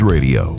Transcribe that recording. Radio